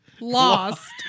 lost